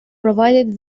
provided